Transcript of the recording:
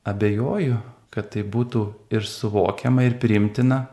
abejoju kad tai būtų ir suvokiama ir priimtina